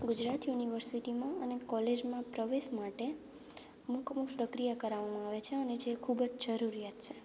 ગુજરાત યુનિવર્સિટીમાં અને કોલેજમાં પ્રવેશ માટે અમુક અમુક પ્રક્રિયા કરાવવામાં આવે છે અને જે ખૂબ જ જરૂરિયાત છે